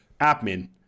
admin